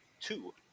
two